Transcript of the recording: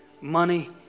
money